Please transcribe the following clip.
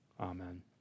Amen